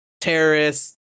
terrorists